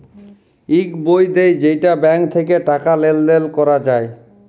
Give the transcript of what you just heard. ইক বই দেয় যেইটা ব্যাঙ্ক থাক্যে টাকা লেলদেল ক্যরা যায়